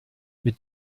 mit